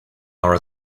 are